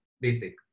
basic